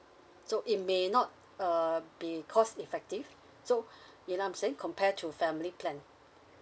so it may not uh be cost effective so you know I'm saying compare to family plan